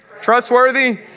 trustworthy